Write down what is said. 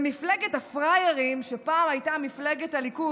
במפלגת הפראיירים, שפעם הייתה מפלגת הליכוד,